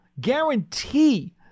guarantee